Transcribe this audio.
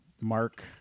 Mark